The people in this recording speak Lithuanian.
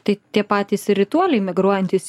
tai tie patys ir rytuoliai migruojantys